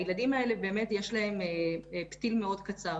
לילדים האלה יש פתיל מאוד קצר,